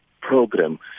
program